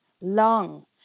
long